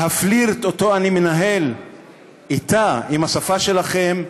והפלירט שאני מנהל אתה, עם השפה שלכם,